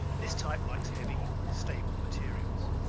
this type likes heavy, stable materials.